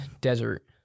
desert